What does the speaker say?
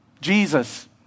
Jesus